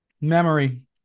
memory